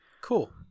Cool